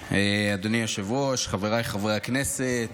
ינמק חבר הכנסת